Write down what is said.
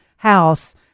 house